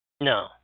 No